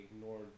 ignored